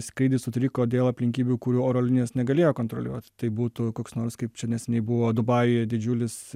skrydis sutriko dėl aplinkybių kurių oro linijos negalėjo kontroliuot tai būtų koks nors kaip čia neseniai buvo dubajuje didžiulis